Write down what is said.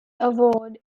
award